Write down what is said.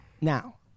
now